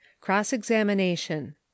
cross-examination